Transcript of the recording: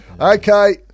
Okay